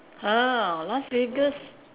!huh! Las-Vegas